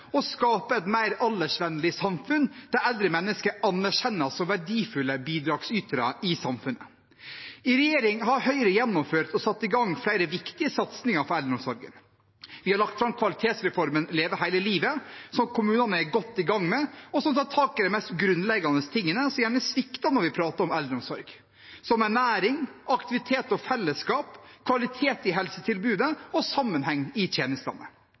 og skape et mer aldersvennlig samfunn, der eldre mennesker anerkjennes som verdifulle bidragsytere i samfunnet. I regjering har Høyre gjennomført og satt i gang flere viktige satsinger for eldreomsorgen: Vi har lagt fram kvalitetsreformen Leve hele livet, som kommunene er godt i gang med, og som tar tak i de mest grunnleggende tingene som gjerne svikter når vi prater om eldreomsorg, som ernæring, aktivitet og fellesskap, kvalitet i helsetilbudet og sammenheng i tjenestene.